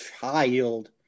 child